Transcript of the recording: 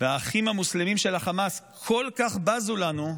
והאחים המוסלמים של החמאס כל כך בזו לנו,